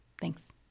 Thanks